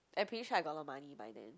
I'm pretty sure I got a lot money by then